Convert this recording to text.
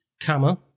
comma